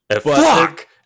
fuck